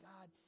God